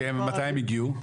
כן, ומתי הם הגיעו?